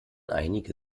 einige